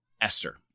Esther